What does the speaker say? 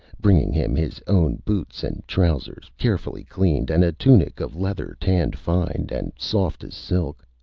bringing him his own boots and trousers, carefully cleaned, and a tunic of leather tanned fine and soft as silk.